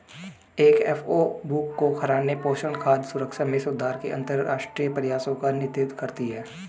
FAO भूख को हराने, पोषण, खाद्य सुरक्षा में सुधार के अंतरराष्ट्रीय प्रयासों का नेतृत्व करती है